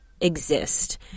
exist